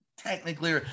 Technically